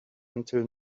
until